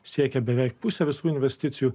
siekia beveik pusę visų investicijų